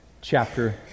chapter